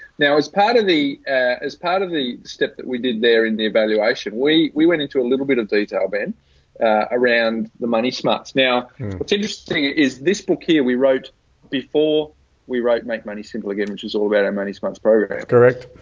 now, as part of the as part of the step that we did there in the evaluation, we we went into a little bit of detail then around the money smarts. now what's interesting is this book here we wrote before we wrote make money simple again, which is all about our money sparks program. correct.